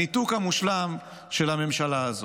הניתוק המושלם של הממשלה הזאת.